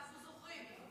אנחנו זוכרים.